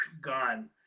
gone